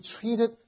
treated